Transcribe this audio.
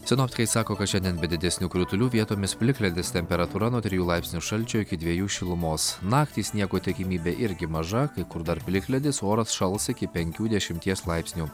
sinoptikai sako kad šiandien be didesnių kritulių vietomis plikledis temperatūra nuo trijų laipsnių šalčio iki dvejų šilumos naktį sniego tikimybė irgi maža kai kur dar plikledis oras šals iki penkių dešimties laipsnių